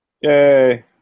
Yay